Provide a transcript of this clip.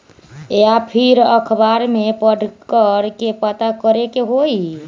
या फिर अखबार में पढ़कर के पता करे के होई?